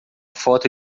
foto